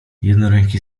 jednoręki